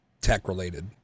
tech-related